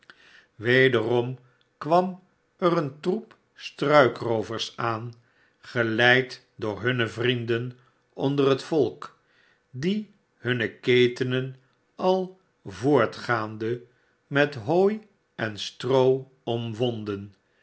kwam er een troep struikroovers aan geleid door hunne vrienden onder het volk die hunne ketenen al voortgaande met hooi en stroo omwonden